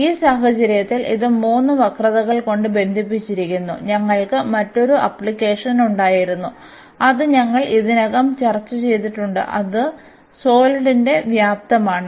അതിനാൽ ഈ സാഹചര്യത്തിൽ ഇത് മൂന്ന് വക്രതകൾ കൊണ്ട് ബന്ധിപ്പിച്ചിരിക്കുന്നു ഞങ്ങൾക്ക് മറ്റൊരു ആപ്ലിക്കേഷൻ ഉണ്ടായിരുന്നു അത് ഞങ്ങൾ ഇതിനകം ചർച്ചചെയ്തിട്ടുണ്ട് അത് സോളിഡിന്റെ വ്യാപ്തമാണ്